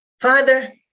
Father